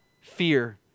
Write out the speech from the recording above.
fear